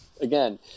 Again